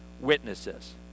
witnesses